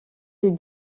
des